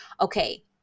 Okay